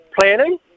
planning